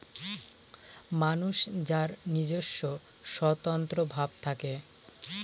মানুষ যার নিজস্ব স্বতন্ত্র ভাব থাকে